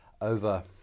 over